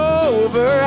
over